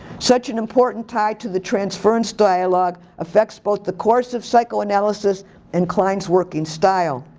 such an important tie to the transference dialogue affects both the course of psychoanalysis and klein's working style.